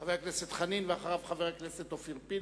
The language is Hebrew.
חבר הכנסת חנין, ואחריו, חבר הכנסת אופיר פינס,